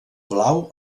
blau